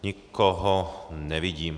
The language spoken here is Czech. Nikoho nevidím.